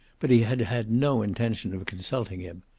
but he had had no intention of consulting him.